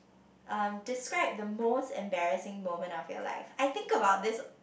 um describe the most embarrassing moment of your life I think about this